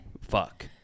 fuck